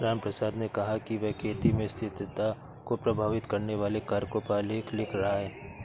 रामप्रसाद ने कहा कि वह खेती में स्थिरता को प्रभावित करने वाले कारकों पर आलेख लिख रहा है